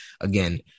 again